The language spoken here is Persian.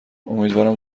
امیدوارم